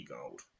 gold